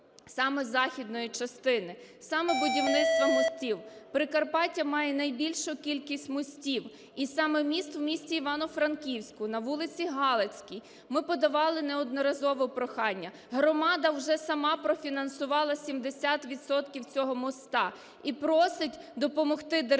саме західної частини, саме будівництво мостів. Прикарпаття має найбільшу кількість мостів, і саме міст в місті Івано-Франківську на вулиці Галицькій. Ми подавала неодноразово прохання, громада вже сама профінансувала 70 відсотків цього мосту, і просить допомогти державу